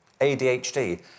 ADHD